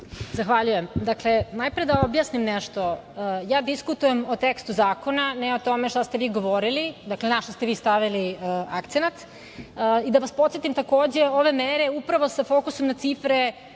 Zahvaljujem. Dakle, najpre da objasnim nešto. Ja diskutujem o tekstu zakona, a ne o tome šta ste vi govorili, na šta ste vi stavili akcenat. Da vas podsetim takođe, ove mere upravo sa fokusom na cifre